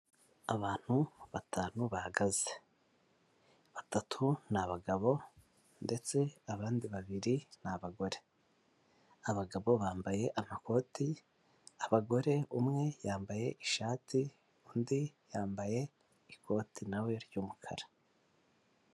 Abantu batanu bahagaze, batatu ni abagabo ndetse abandi babiri ni abagore. Abagabo bambaye amakoti, abagore umwe yambaye ishati undi yambaye ikoti na we ry'umukara.